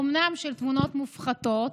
אומנם הוא של תמונות מופחתות,